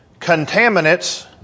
contaminants